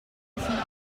knowledge